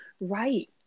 right